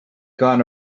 gone